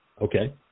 Okay